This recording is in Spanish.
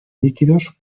líquidos